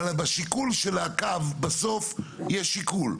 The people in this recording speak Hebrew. אבל בשיקול של הקו בסוף יש שיקול.